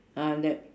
uh that